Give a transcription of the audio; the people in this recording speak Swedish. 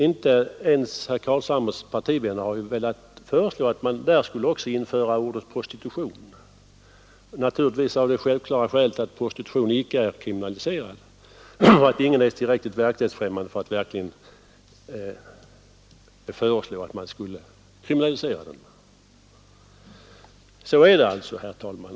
Inte ens herr Carlshamres partivänner har ju velat föreslå att man där skulle införa självklara skälet att prostitution icke är kriminaliserad och att ingen är tillräckligt verklighetsfräm också ordet prostitution, naturligtvis av det mande för att föreslå att man skulle kriminalisera prostitution. Så är det alltså, herr talman.